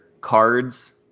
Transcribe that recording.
cards